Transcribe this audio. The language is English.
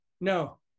No